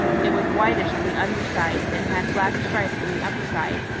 it was whitish on the under side and had black stripes on the upper side,